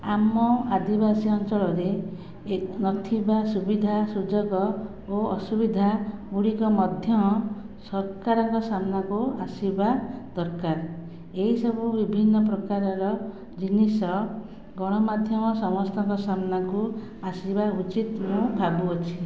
ଆମ ଆଦିବାସୀ ଅଞ୍ଚଳରେ ନଥିବା ସୁବିଧା ସୁଯୋଗ ଓ ଅସୁବିଧାଗୁଡ଼ିକ ମଧ୍ୟ ସରକାରଙ୍କ ସାମ୍ନାକୁ ଆସିବା ଦରକାର ଏହିସବୁ ବିଭିନ୍ନ ପ୍ରକାରର ଜିନିଷ ଗଣମାଧ୍ୟମ ସମସ୍ତଙ୍କ ସାମ୍ନାକୁ ଆସିବା ଉଚିତ୍ ମୁଁ ଭାବୁଅଛି